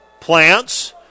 Plants